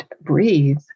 breathe